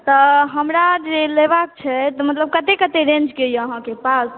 तऽ हमरा जे लेबाके छै तऽ मतलब कतेक कतेक रेन्जके यऽ अहाँके पास